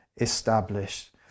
established